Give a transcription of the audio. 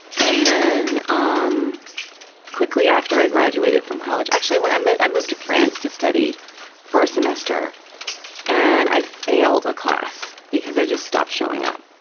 and then um quickly after i graduated from college, actually, i moved i moved to france to study for a semester and i failed a class because i just stopped showing up.